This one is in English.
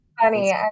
funny